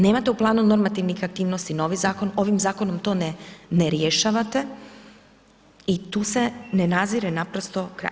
Nemate u planu normativnih aktivnosti novi zakon, ovim zakonom to ne rješavate i tu se ne nazire naprosto kraj.